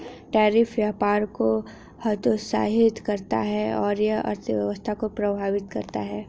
tariff व्यापार को हतोत्साहित करता है और यह अर्थव्यवस्था को प्रभावित करता है